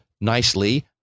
nicely